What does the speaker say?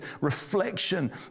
reflection